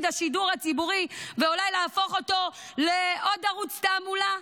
השידור הציבורי ואולי להפוך אותו לעוד ערוץ תעמולה?